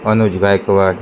Anuj Gaikwad